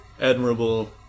Admirable